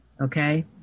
okay